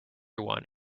one